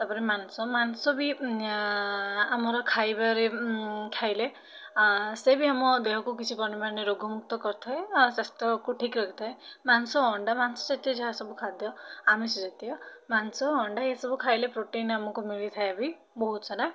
ତା'ପରେ ମାଂସ ମାଂସ ବି ଆମର ଖାଇବାରେ ଖାଇଲେ ସେ ବି ଆମ ଦେହକୁ କିଛି ରୋଗମୁକ୍ତ କରିଥାଏ ଆଉ ସ୍ଵାସ୍ଥ୍ୟକୁ ଠିକ୍ ରଖିଥାଏ ମାଂସ ଅଣ୍ଡା ମାଂସ ଯେତେ ଯାହା ସବୁ ଖାଦ୍ୟ ଆମିଷ ଜାତୀୟ ମାଂସ ଅଣ୍ଡା ଏ ସବୁ ଖାଇଲେ ପ୍ରୋଟିନ୍ ଆମକୁ ମିଳିଥାଏ ବି ବହୁତ ସାରା